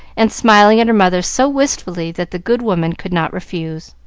and smiling at her mother so wistfully that the good woman could not refuse.